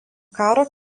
karo